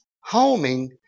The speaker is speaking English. Homing